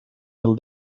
mil